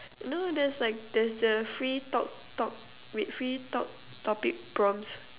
no there's like there's the free talk talk wait free talk topic prompts